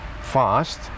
fast